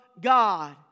God